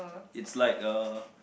it's like a